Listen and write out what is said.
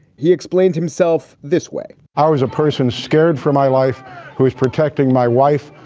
he explained himself this way i was a person scared for my life who is protecting my wife,